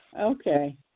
Okay